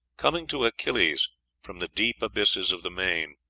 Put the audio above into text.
coming to achilles from the deep abysses of the main